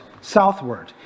southward